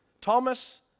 Thomas